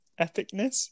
epicness